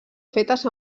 fetes